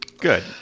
Good